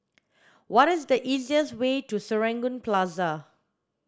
what is the easiest way to Serangoon Plaza